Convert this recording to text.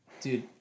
Dude